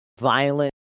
violent